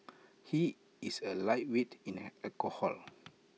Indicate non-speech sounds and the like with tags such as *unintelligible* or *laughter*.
he is A lightweight in *unintelligible* alcohol